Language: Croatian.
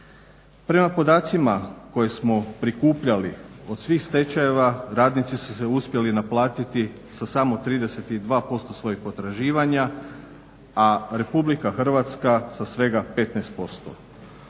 Prema podacima koje smo prikupljali od svih stečajeva radnici su se uspjeli naplatiti sa samo 32% svojih potraživanja, a RH sa svega 15%